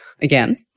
again